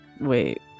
Wait